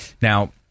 Now